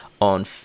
on